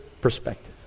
perspective